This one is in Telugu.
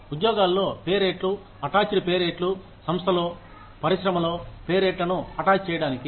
ఉద్యోగాల్లో అటాచ్డ్ పే రేట్లు సంస్థలో పరిశ్రమలో పే రేట్లను అటాచ్ చేయడానికి